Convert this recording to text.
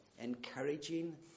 Encouraging